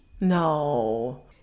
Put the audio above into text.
No